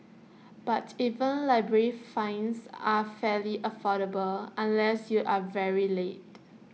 but even library fines are fairly affordable unless you are very late